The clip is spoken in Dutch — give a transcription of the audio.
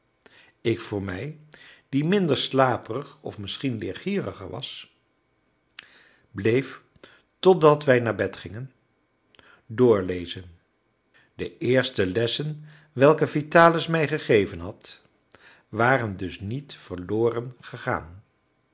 ik voor mij die minder slaperig of misschien leergieriger was bleef totdat wij naar bed gingen doorlezen de eerste lessen welke vitalis mij gegeven had waren dus niet verloren gegaan